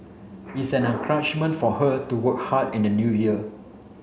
it's an encouragement for her to work hard in the new year